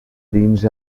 dins